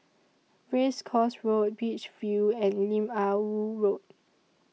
Race Course Road Beach View and Lim Ah Woo Road